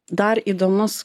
dar įdomus